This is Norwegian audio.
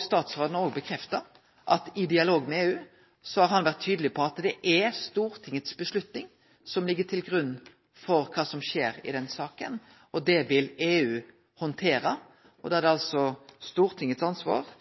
Statsråden har òg bekrefta at i dialog med EU har han vore tydeleg på at det er Stortingets beslutning som ligg til grunn for kva som skjer i denne saka, og det vil EU handtere. Då er det altså Stortingets ansvar